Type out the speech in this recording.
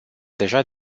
deja